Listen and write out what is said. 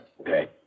Okay